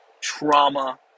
trauma